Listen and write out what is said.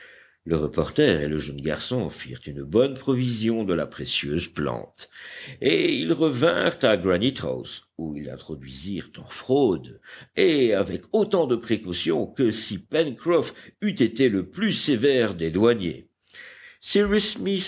le reporter et le jeune garçon firent une bonne provision de la précieuse plante et ils revinrent à granite house où ils l'introduisirent en fraude et avec autant de précaution que si pencroff eût été le plus sévère des douaniers